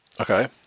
Okay